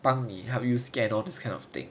帮你 help you scan all this kind of thing